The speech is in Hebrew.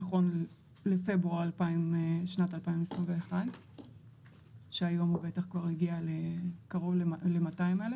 נכון לפברואר 2021 שהיום הוא בטח כבר הגיע לקרוב ל-200,000